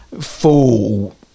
full